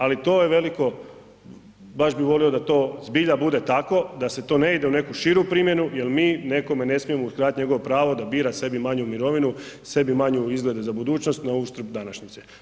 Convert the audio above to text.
Ali to je veliko, baš bi volio da to zbilja bude tako, da se to ne ide u neku širu primjenu jel mi nekome ne smijemo uskratiti njegovo pravo da bira sebi manju mirovinu, sebi manje izglede za budućnost na uštrb današnjice.